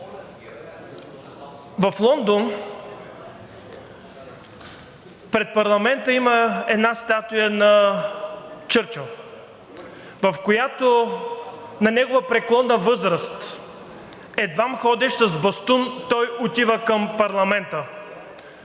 В Лондон пред парламента има една статуя на Чърчил, в която на неговата преклонна възраст, едва ходещ с бастун, той отива към парламента,